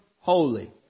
holy